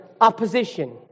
opposition